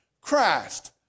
Christ